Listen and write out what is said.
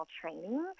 training